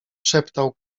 szeptał